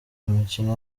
imikino